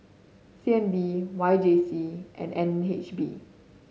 C N B Y J C and N H B